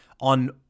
on